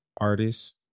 artists